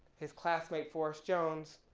his classmate forrest jones,